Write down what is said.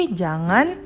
jangan